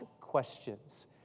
questions